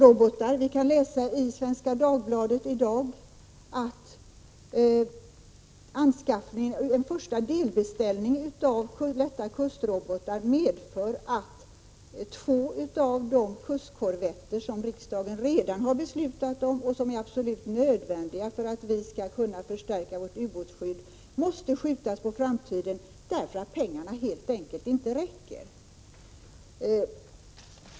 Vi kan i dag läsa i Svenska Dagbladet att en första delbeställning av lätta kustrobotar medför att två av de kustkorvetter som riksdagen redan har beslutat om och som är absolut nödvändiga för att ubåtsskyddet skall kunna förstärkas måste skjutas på framtiden, därför att pengarna helt enkelt inte räcker.